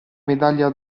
medaglia